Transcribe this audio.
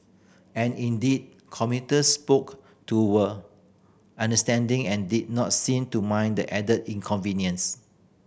and indeed commuters spoke to were understanding and did not seem to mind the added inconvenience